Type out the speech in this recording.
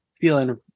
feeling